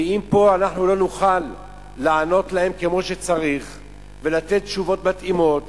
ואם אנחנו פה לא נוכל לענות להם כמו שצריך ולתת תשובות מתאימות,